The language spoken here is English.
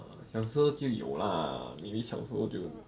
err 小时侯就有 lah maybe 小时候就